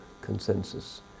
consensus